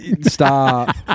Stop